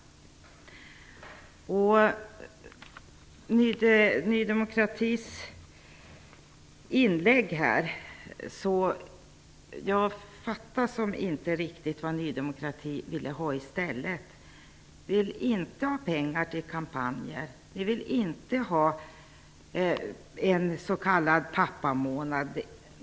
Jag fattar inte vad Ny demokrati vill ha i stället. Ny demokrati vill inte ha pengar till kampanjer, inte ha en s.k. pappamånad.